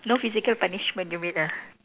no physical punishment you mean ah